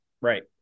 Right